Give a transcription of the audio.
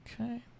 Okay